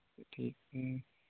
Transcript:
तो ठीक है